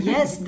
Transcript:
Yes